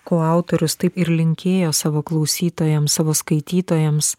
ko autorius taip ir linkėjo savo klausytojams savo skaitytojams